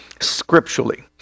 scripturally